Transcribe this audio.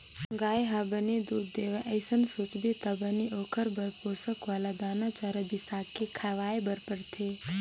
गाय ह बने दूद देवय अइसन सोचबे त बने ओखर बर पोसक वाला दाना, चारा बिसाके खवाए बर परथे